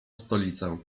stolicę